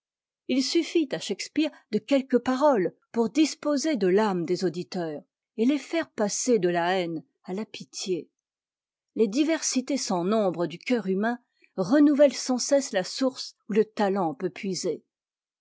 dépouille suffit à shakspeare de quelques paroles pour disposer de l'âme des auditeurs et les faire passer de la haine à la pitié les diversités sans nombre du cœur humain renouvellent sans cesse la source où le talent peut puiser